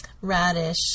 radish